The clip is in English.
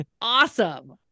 awesome